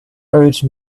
urged